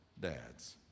dads